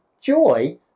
joy